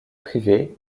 privé